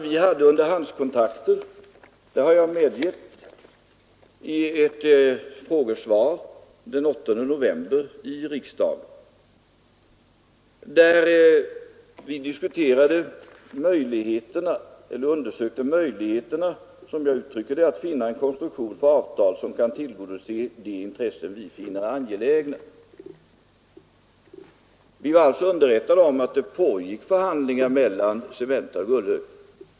Vi hade underhandskontakter, det har jag medgett i ett frågesvar den 8 november i riksdagen. Vi undersökte möjligheterna att finna en konstruktion för avtal som skulle kunna tillgodose de intressen vi finner angelägna. Vi var alltså underrättade om att det pågick förhandlingar mellan Cementa och Gullhögen.